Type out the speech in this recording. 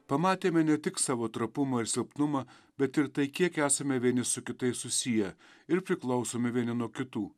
pamatėme ne tik savo trapumą ir silpnumą bet ir tai kiek esame vieni su kitais susiję ir priklausomi vieni nuo kitų